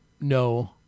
no